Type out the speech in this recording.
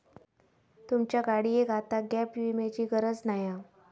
तुमच्या गाडियेक आता गॅप विम्याची गरज नाय हा